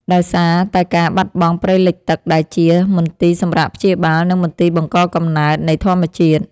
ដោយសារតែការបាត់បង់ព្រៃលិចទឹកដែលជា មន្ទីរសម្រាកព្យាបាល និងមន្ទីរបង្កកំណើត នៃធម្មជាតិ។